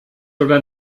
oder